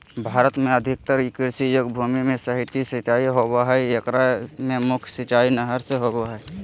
भारत में अधिकतर कृषि योग्य भूमि में सतही सिंचाई होवअ हई एकरा मे मुख्य सिंचाई नहर से होबो हई